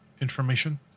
information